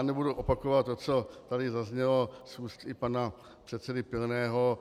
Nebudu opakovat to, co tady zaznělo z úst i pana předsedy Pilného.